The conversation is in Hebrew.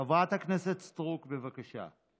חברת הכנסת סטרוק, בבקשה.